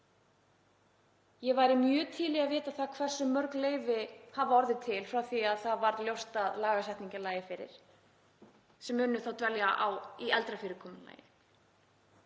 Ég væri mjög til í að vita hversu mörg leyfi hafa orðið til frá því að það varð ljóst að lagasetningin lægi fyrir, sem munu þá dvelja í eldra fyrirkomulagi.